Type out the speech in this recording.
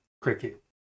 Cricket